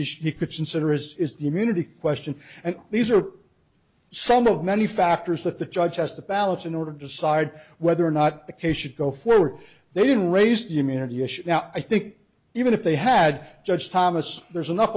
interests is the immunity question and these are some of many factors that the judge has to balance in order to decide whether or not the case should go forward they didn't raise the immunity issue now i think even if they had judge thomas there's enough